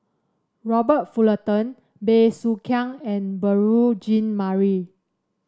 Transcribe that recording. Robert Fullerton Bey Soo Khiang and Beurel Jean Marie